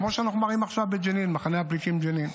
כמו שאנחנו מראים עכשיו במחנה הפליטים ג'נין.